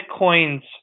Bitcoin's